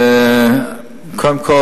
קודם כול,